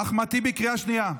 אחמד טיבי, קריאה שנייה.